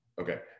Okay